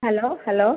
hello hello